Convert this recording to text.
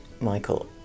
Michael